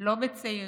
לא בצעירים,